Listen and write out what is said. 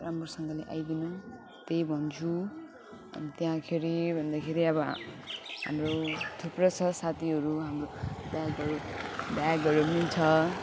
राम्रोसँगले आइदिनु त्यही भन्छु अनि त्यहाँखेरि भन्दाखेरि अब हा हाम्रो थुप्रो छ साथीहरू हाम्रो ब्यागहरू ब्यागहरू पनि छ